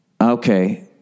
okay